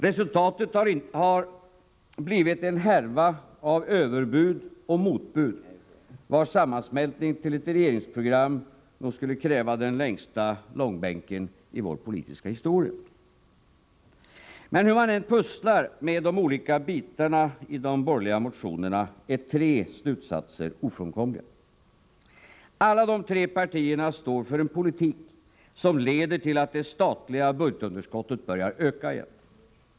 Resultatet har blivit en härva av överbud och motbud, vars sammansmältning till ett regeringsprogram nog skulle kräva den längsta långbänken i vår politiska historia. Hur man än bollar med de olika bitarna i de borgerliga motionerna är tre slutsatser ofrånkomliga: Alla de tre partierna står för en politik som leder till att det statliga budgetunderskottet börjar öka igen.